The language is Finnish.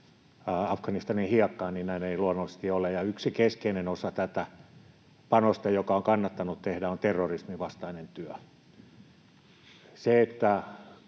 Afganistanin hiekkaan, niin näin ei luonnollisesti ole, ja yksi keskeinen osa tätä panosta, joka on kannattanut tehdä, on terrorismin vastainen työ. Se,